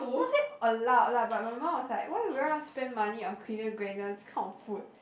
not it's allow lah but my mum was like why would you want spend money Kinder Bueno this kind of food